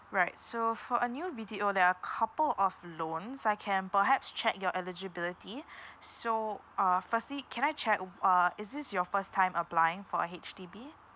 right so for a new B_T_O there are couple of loans I can perhaps check your eligibility so uh firstly can I check wou~ uh is this your first time applying for a H_D_B